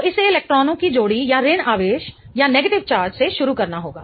तो इसे इलेक्ट्रॉनों की जोड़ी या ऋण आवेश से शुरू करना होगा